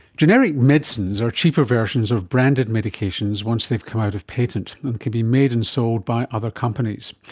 generic medicines are cheaper versions of branded medications once they have come out of patent and can be made and sold by other companies.